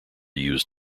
used